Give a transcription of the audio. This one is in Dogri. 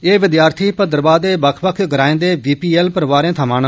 एह् विद्यार्थी भद्रवाह दे बक्ख बक्ख ग्राएं दे बीपीएल परोआरें थमां न